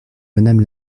madame